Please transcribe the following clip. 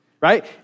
right